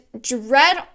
dread